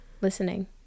Listening